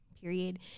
period